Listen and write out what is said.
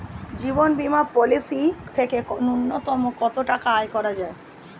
জীবন বীমা পলিসি থেকে ন্যূনতম কত টাকা আয় করা যায়?